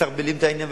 מסרבלים את העניין,